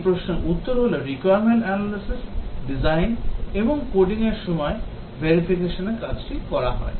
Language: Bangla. এই প্রশ্নের উত্তর হল requirement analysis design এবং coding র সময় verification এর কাজটি করা হয়